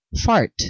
fart